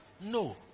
No